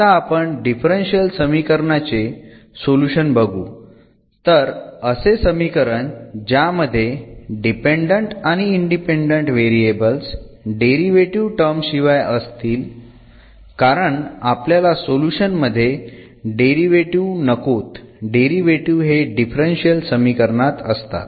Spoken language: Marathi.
आता आपण डिफरन्शियल समीकरणाचे सोल्युशन बघू तर असे समीकरण ज्यामध्ये डिपेंडंट आणि इंडिपेंडंट व्हेरिएबल्स डेरिव्हेटीव्ह टर्म शिवाय असतील कारण आपल्याला सोल्युशन मध्ये डेरिव्हेटीव्ह नकोत डेरिव्हेटीव्ह हे डिफरन्शियल समीकरणात असतात